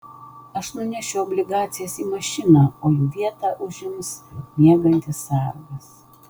aš nunešiu obligacijas į mašiną o jų vietą užims miegantis sargas